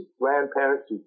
grandparents